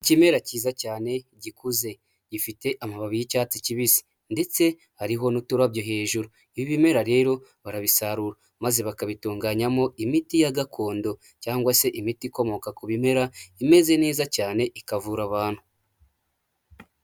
Ikimera cyiza cyane gikuze, gifite amababi y'icyatsi kibisi ndetse hariho n'uturabyo hejuru, ibi ibimera rero barabisarura maze bakabitunganyamo imiti ya gakondo cyangwa se imiti ikomoka ku bimera imeze neza cyane ikavura abantu.